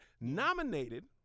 nominated